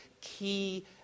key